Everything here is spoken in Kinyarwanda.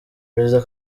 perezida